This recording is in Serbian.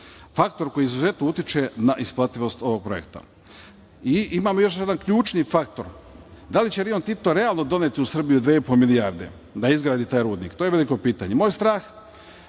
faktor koji izuzetno utiče na isplativost ovog projekta. Imam još jedan ključni faktor. Da li će Rio Tinto realno doneti u Srbiju dve i po milijarde da izgradi taj rudnik? To je veliko pitanje. Moj strah,